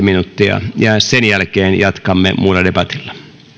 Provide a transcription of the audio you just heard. minuuttia ja sen jälkeen jatkamme muulla debatilla